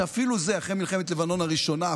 אחרי מלחמת לבנון הראשונה,